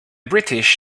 british